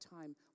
time